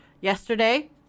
yesterday